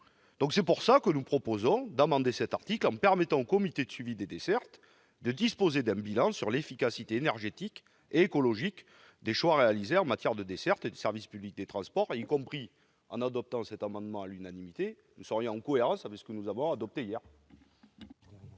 nous avons ajouté hier. Nous proposons donc d'amender cet article en permettant aux comités de suivi des dessertes de disposer d'un bilan sur l'efficacité énergétique et écologique des choix réalisés en matière de dessertes et de service public des transports. En adoptant cet amendement à l'unanimité, nous serions en cohérence avec ce que nous avons voté hier.